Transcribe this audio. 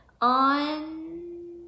on